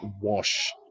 wash